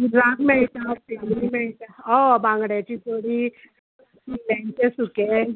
हुर्राक मेळटा फेणी मेळटा हय बांगड्याची कडी सुंगटाचें सुके